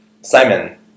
Simon